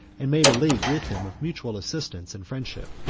and made a league with him of mutual assistance and friendship.